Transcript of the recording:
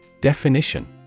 Definition